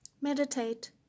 Meditate